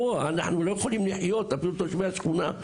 אנחנו לא יכולים לחיות, תושבי השכונה.